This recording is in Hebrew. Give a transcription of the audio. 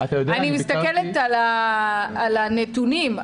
אני מסתכלת על הנתונים,